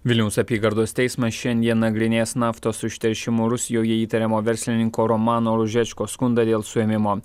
vilniaus apygardos teismas šiandien nagrinės naftos užteršimu rusijoje įtariamo verslininko romano ružečko skundą dėl suėmimo